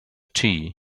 tea